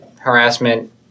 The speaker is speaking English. harassment